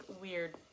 weird